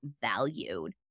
valued